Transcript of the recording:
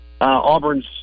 Auburn's